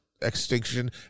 extinction